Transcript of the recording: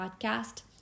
podcast